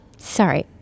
Sorry